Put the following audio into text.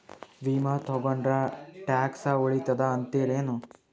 ವಿಮಾ ತೊಗೊಂಡ್ರ ಟ್ಯಾಕ್ಸ ಉಳಿತದ ಅಂತಿರೇನು?